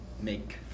make